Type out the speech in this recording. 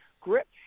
grip